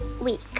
week